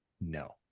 No